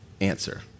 answer